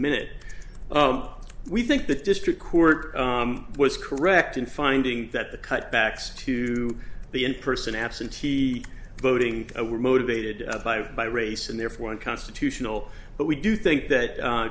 minute we think the district court was correct in finding that the cutbacks to be in person absentee voting were motivated by race and therefore unconstitutional but we do think that